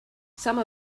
some